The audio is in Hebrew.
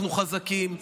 אנחנו חזקים.